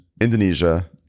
Indonesia